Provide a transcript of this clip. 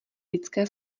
lidské